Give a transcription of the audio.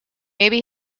maybe